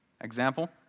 Example